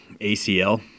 acl